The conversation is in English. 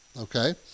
Okay